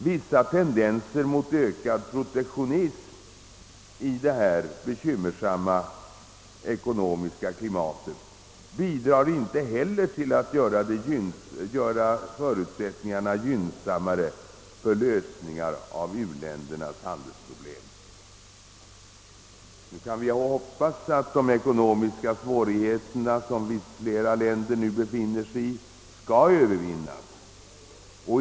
Vissa tendenser mot ökad protektionism i detta bekymmersamma ekonomiska klimat bidrar inte heller till att göra förutsättningarna gynnsammare för lösningar av u-ländernas handelsproblem. Nu kan vi hoppas att de ekonomiska svårigheter som flera länder befinner sig i skall övervinnas.